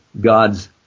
God's